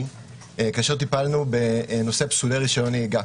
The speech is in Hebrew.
כאשר טיפלנו בנושא פסולי רישיון נהיגה.